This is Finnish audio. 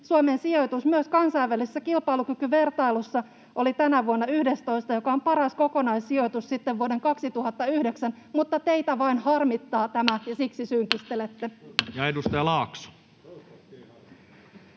Suomen sijoitus myös kansainvälisessä kilpailukykyvertailussa oli tänä vuonna 11., joka on paras kokonaissijoitus sitten vuoden 2009. Mutta teitä vain harmittaa tämä, ja siksi